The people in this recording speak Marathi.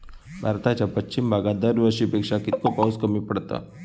भारताच्या पश्चिम भागात दरवर्षी पेक्षा कीतको पाऊस कमी पडता?